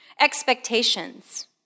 expectations